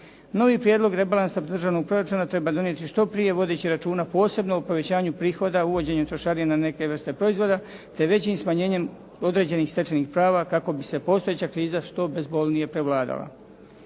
Novi prijedlog rebalansa državnog proračuna treba donijeti što prije, vodeći računa posebno o povećanju prihoda uvođenjem trošarina na neke vrste proizvode, te većim smanjenjem određenih stečenih prava kako bi se postojeća kriza što bezbolnije prevladala.